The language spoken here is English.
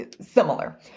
similar